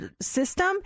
system